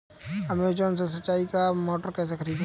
Amazon से सिंचाई का मोटर कैसे खरीदें?